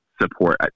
support